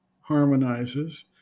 harmonizes